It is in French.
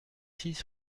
six